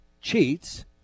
cheats